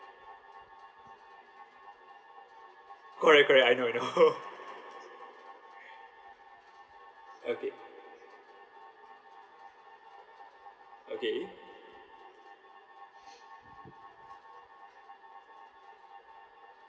correct correct I know I know okay okay